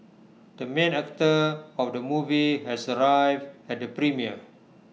the main actor of the movie has arrived at the premiere